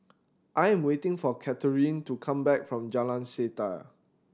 I'm waiting for Kathryn to come back from Jalan Setia